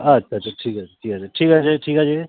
আচ্ছা আচ্ছা ঠিক আছে ঠিক আছে ঠিক আছে ঠিক আছে